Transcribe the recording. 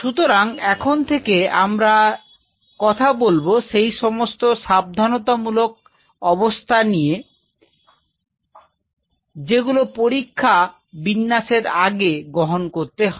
সুতরাং এখন থেকেই আমরা কথা বলবো সেই সমস্ত সাবধানতা মূলক অবস্থা নি যেগুলো পরীক্ষা বিন্যাস এর আগে গ্রহণ করতে হবে